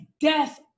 death